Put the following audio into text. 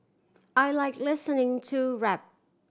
I like listening to rap